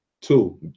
two